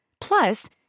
Plus